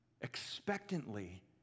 expectantly